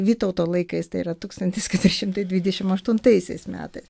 vytauto laikais tai yra tūkstantis keturi šimtai dvidešimt aštuntaisiais metais